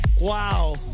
Wow